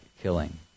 killing